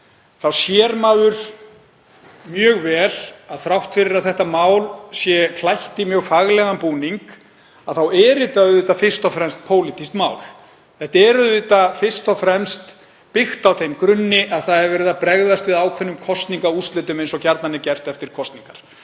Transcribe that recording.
sér það mjög vel, sé að þrátt fyrir að þetta mál sé klætt í mjög faglegan búning þá er það fyrst og fremst pólitískt mál. Þetta er fyrst og fremst byggt á þeim grunni að verið er að bregðast við ákveðnum kosningaúrslitum eins og gjarnan er gert eftir kosningar.